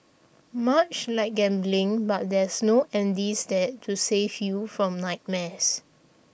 much like gambling but there's no Andy's Dad to save you from nightmares